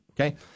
okay